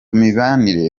mibanire